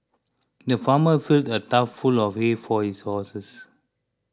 the farmer filled a though full of hay for his horses